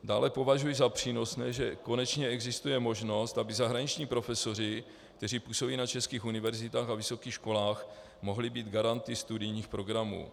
Dále považuji za přínosné, že konečně existuje možnost, aby zahraniční profesoři, kteří působí na českých univerzitách a vysokých školách, mohli být garanty studijních programů.